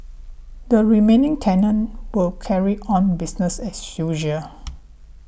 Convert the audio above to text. the remaining tenant will carry on business as usual